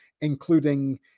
including